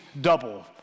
double